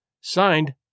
Signed